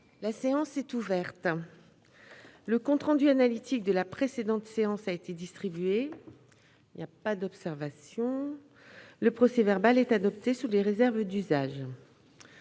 La séance est ouverte. Le compte rendu analytique de la précédente séance a été distribué. Il n'y a pas d'observation ?... Le procès-verbal est adopté sous les réserves d'usage.